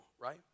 right